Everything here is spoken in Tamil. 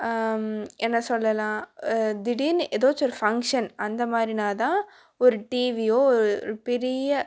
என்ன சொல்லலாம் திடீர்னு ஏதாச்சும் ஒரு ஃபங்க்ஷன் அந்த மாதிரினாதான் ஒரு டிவியோ ஒரு பெரிய